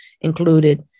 included